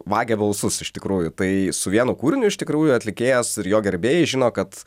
vagia balsus iš tikrųjų tai su vienu kūriniu iš tikrųjų atlikėjas ir jo gerbėjai žino kad